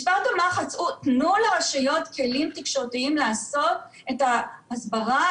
משפט המחץ הוא תנו לרשויות כלים תקשורתיים לעשות את ההסברה,